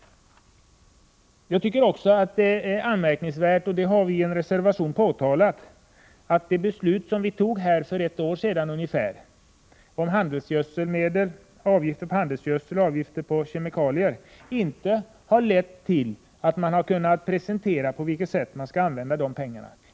Jag tycker också att det är anmärkningsvärt — och det har vi påtalat i en reservation — att det beslut riksdagen fattade för ungefär ett år sedan om avgifter på handelsgödsel och på kemikalier inte har lett till att regeringen har kunnat presentera på vilket sätt pengarna skall användas.